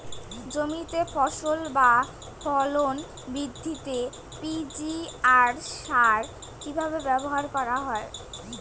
জমিতে ফসল বা ফলন বৃদ্ধিতে পি.জি.আর সার কীভাবে ব্যবহার করা হয়?